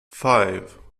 five